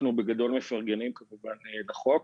בגדול אנחנו מפרגנים כמובן לחוק.